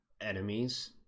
enemies